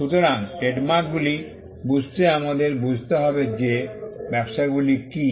সুতরাং ট্রেডমার্কগুলি বুঝতে আমাদের বুঝতে হবে যে ব্যবসাগুলি কী